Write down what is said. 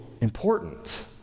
important